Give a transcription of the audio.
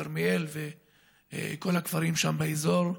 כרמיאל וכל הכפרים שם באזור,